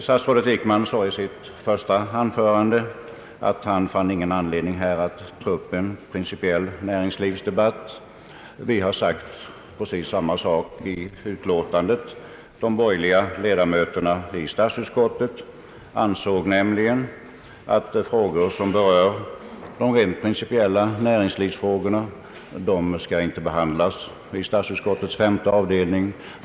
Statsrådet Wickman sade i sitt första anförande att han inte fann någon anledning att här ta upp en principiell näringslivsdebatt. Vi har sagt precis samma sak i utlåtandet. De borgerliga ledamöterna i statsutskottet ansåg nämligen att de rent principiella näringslivsfrågorna inte skall behandlas i statsutskottets femte avdelning.